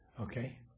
Okay